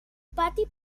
pati